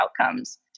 outcomes